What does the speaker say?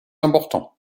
importants